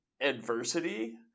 adversity